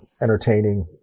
entertaining